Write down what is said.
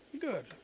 Good